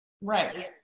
right